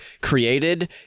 created